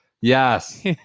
Yes